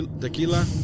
Tequila